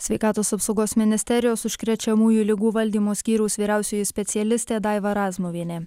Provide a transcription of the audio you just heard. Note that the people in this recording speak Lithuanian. sveikatos apsaugos ministerijos užkrečiamųjų ligų valdymo skyriaus vyriausioji specialistė daiva razmuvienė